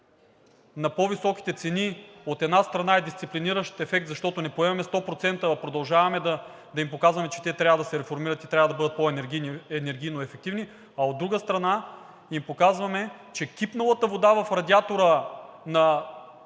на по-високите цени, от една страна, е дисциплиниращ ефект, защото не поемаме 100%, а продължаваме да им показваме, че те трябва да се реформират и трябва да бъдат по-енергийноефективни, а от друга страна, им показваме, че кипналата вода в радиатора на